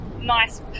nice